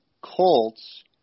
Colts